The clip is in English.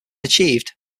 achieved